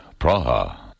Praha